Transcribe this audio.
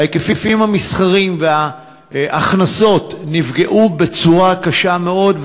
ההיקפים המסחריים וההכנסות נפגעו בצורה קשה מאוד,